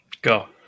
Go